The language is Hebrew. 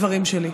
בדברים שלי.